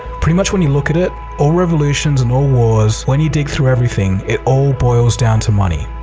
pretty much when you look at it, all revolutions and all wars, when you dig through everything, it all boils down to money.